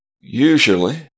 usually